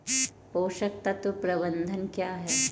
पोषक तत्व प्रबंधन क्या है?